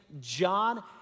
John